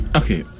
okay